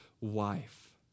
wife